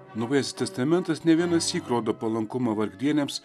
naujasis testamentas ne vienąsyk rodo palankumą vargdieniams